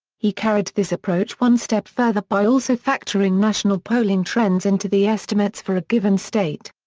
he carried this approach one step further by also factoring national polling trends into the estimates for a given state.